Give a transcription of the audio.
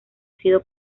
sido